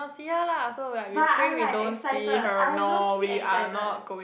ya lah so like we pray we don't see her no we are not going